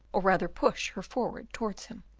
or rather push her forward towards him.